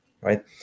right